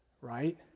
right